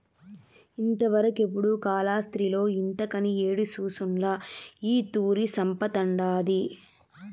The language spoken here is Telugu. ఇంతవరకెపుడూ కాలాస్త్రిలో ఇంతకని యేడి సూసుండ్ల ఈ తూరి సంపతండాది